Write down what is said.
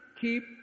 keep